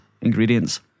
ingredients